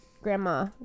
grandma